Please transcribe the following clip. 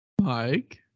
mike